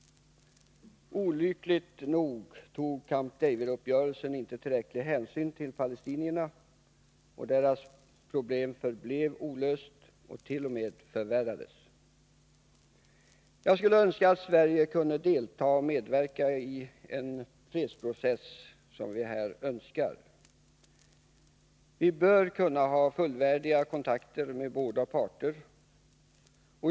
Olyckligt nog tog Camp David-uppgörelsen inte tillräcklig hänsyn till palestinierna, och deras problem förblev olösta — de t.o.m. förvärrades. Jag skulle önska att Sverige kunde medverka i en fredsprocess, som vi önskar skall komma i gång. Vi bör kunna ha fullvärdiga kontakter med båda parter.